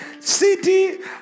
City